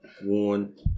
one